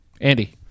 Andy